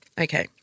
Okay